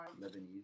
lebanese